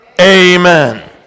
amen